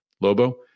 Lobo